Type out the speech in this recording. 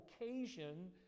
occasion